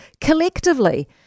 collectively